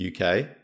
uk